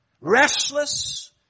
restless